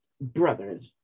brothers